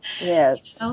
yes